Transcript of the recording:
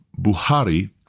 Buhari